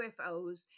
UFOs